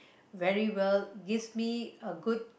very well gives me a good